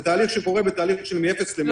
זה תהליך שקורה בתהליך של מאפס למאה.